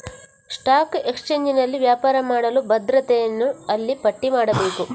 stock ಎಕ್ಸ್ಚೇಂಜಿನಲ್ಲಿ ವ್ಯಾಪಾರ ಮಾಡಲು ಭದ್ರತೆಯನ್ನು ಅಲ್ಲಿ ಪಟ್ಟಿ ಮಾಡಬೇಕು